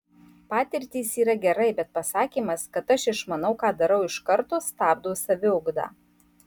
patirtys yra gerai bet pasakymas kad aš išmanau ką darau iš karto stabdo saviugdą